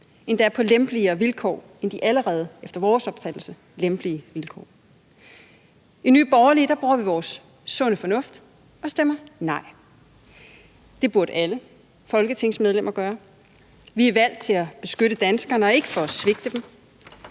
endda på lempeligere vilkår end de allerede efter vores opfattelse lempelige vilkår. I Nye Borgerlige bruger vi vores sunde fornuft og stemmer nej. Det burde alle folketingsmedlemmer gøre. Vi er valgt til at beskytte danskerne og ikke til at svigte dem.